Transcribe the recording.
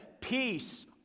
peace